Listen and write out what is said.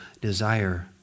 desire